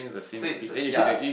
so it's so yea